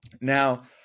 Now